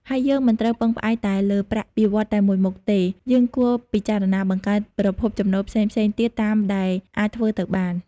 ហើយយើងមិនត្រូវពឹងផ្អែកតែលើប្រាក់បៀវត្សរ៍តែមួយមុខទេ យើងគួរពិចារណាបង្កើតប្រភពចំណូលផ្សេងៗទៀតតាមដែលអាចធ្វើទៅបាន។